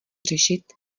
řešit